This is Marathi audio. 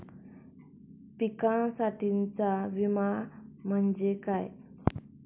पिकांसाठीचा विमा म्हणजे काय?